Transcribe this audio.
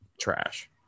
trash